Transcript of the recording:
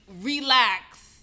Relax